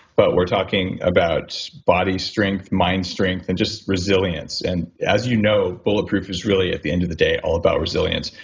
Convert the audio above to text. but we're talking about body strength, mind strength, and just resilience. and as you know bulletproof is really at the end of the day all about resilience.